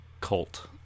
cult